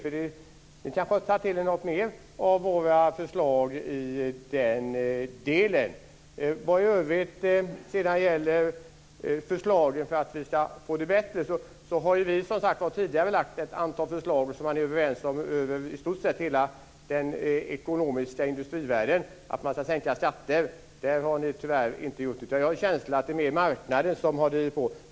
Ni har kanske tagit till er något mer av våra förslag i den delen. Vi har tidigare lagt ett antal förslag för att vi ska få det bättre. I stort sett hela den ekonomiska industrivärlden är överens om att man ska sänka skatter. Det har ni tyvärr inte gjort. Jag har en känsla av att det mer är marknaden som har drivit på.